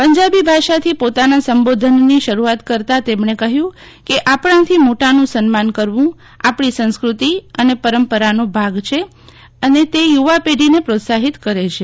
પંજાબી ભાષાથી પોતાના સંબોધનની શરૂઆત કરતા તેમણે કહ્યું કે આપણાથી મોટાનું સન્માન કરવું આપણી સંસ્કૃતિ અને પરંપરાનો ભાગ છે અને તે યુવા પેઢીને પ્રોત્સાહિત કરે છે